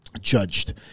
judged